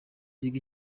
yego